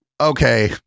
Okay